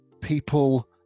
people